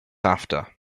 after